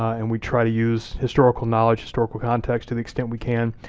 and we try to use historical knowledge, historical context to the extent we can,